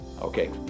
Okay